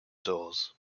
doors